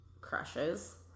crushes